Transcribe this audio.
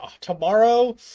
tomorrow